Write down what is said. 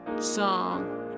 song